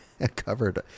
covered